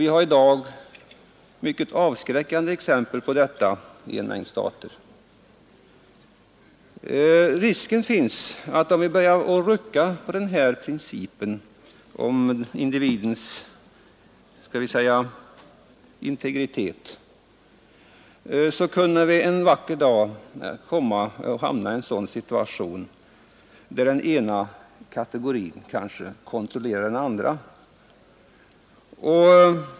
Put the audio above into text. Vi har i dag mycket avskräckande exempel på sådana förhållanden i en mängd stater. Risken finns att om vi börjar rucka på principen om individens, skall vi säga integritet, kunde vi en vacker dag hamna i en sådan situation där den ena kategorin kontrollerar den andra.